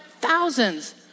thousands